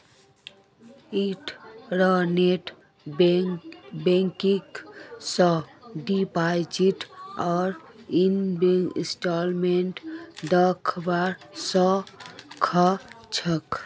internet banking स deposit आर investment दख्वा स ख छ